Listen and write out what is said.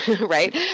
right